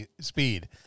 speed